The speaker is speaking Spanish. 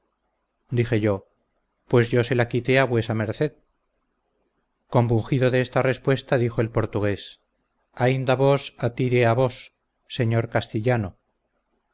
dije yo pues yo se la quité a vuesa merced compungido de esta respuesta dijo el portugués ainda vos a tire a vos sennor castillano